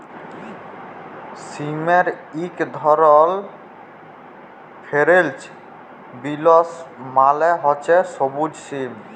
সিমের ইক ধরল ফেরেল্চ বিলস মালে হছে সব্যুজ সিম